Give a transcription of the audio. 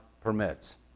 permits